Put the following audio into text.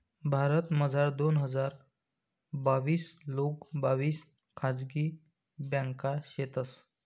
भारतमझार दोन हजार बाविस लोंग बाविस खाजगी ब्यांका शेतंस